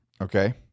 Okay